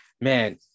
man